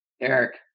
Eric